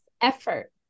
effort